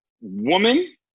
woman